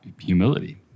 humility